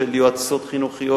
של יועצות חינוכיות,